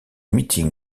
meeting